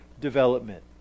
development